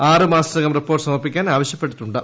ആറ് മാസത്തിനകം റിപ്പോർട്ട് സമർപ്പിക്കാൻ ആവശ്യപ്പെട്ടിട്ടുണ്ട്